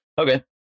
okay